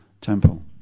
temple